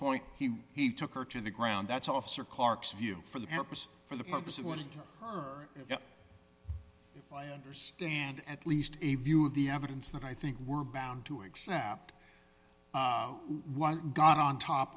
point he he took her to the ground that's officer clark's view for the purpose for the purpose of what i understand at least a view of the evidence that i think were bound to exempt one gun on top